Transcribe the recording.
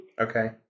Okay